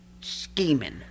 Scheming